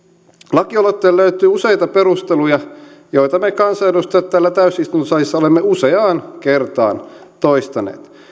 lakialoitteelle löytyy useita perusteluja joita me kansanedustajat täällä täysistuntosalissa olemme useaan kertaan toistaneet